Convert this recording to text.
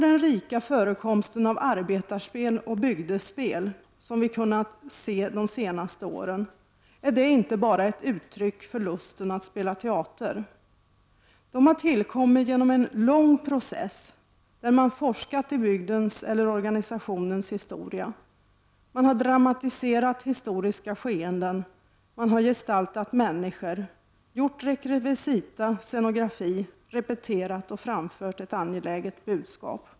Den rika förekomsten av arbetarspel och bygdespel, som vi kunnat se de senaste åren, är inte bara ett uttryck för lusten att spela teater. Spelen har tillkommit genom en lång process, där man forskat i bygdens eller organisationens historia. Man har dramatiserat historiska skeenden, man har gestaltat människor, gjort rekvisita, scenografi, repeterat och framfört ett angeläget budskap.